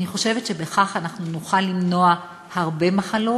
אני חושבת שבכך אנחנו נוכל למנוע הרבה מחלות,